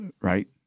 right